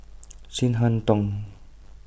Chin Harn Tong